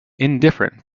indifferent